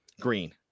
green